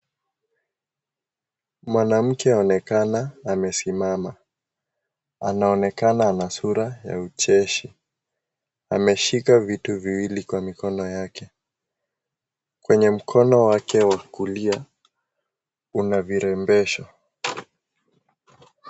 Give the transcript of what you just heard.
Mwanamke aonekana amesimama. Anaonekana ana sura ya ucheshi. Ameshika vitu viwili kwa mikono yake. Kwenye mkono wake wa kulia una virembesho.